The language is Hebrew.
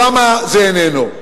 שם זה איננו.